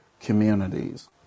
communities